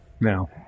now